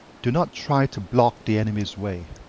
do not try to block the enemy's way.